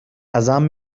ازم